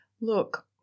look